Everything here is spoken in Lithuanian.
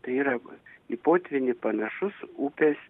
tai yra į potvynį panašus upės